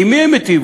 עם מי הם הטיבו?